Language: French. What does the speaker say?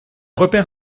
repère